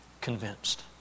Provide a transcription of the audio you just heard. convinced